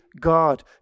God